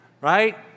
Right